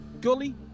Gully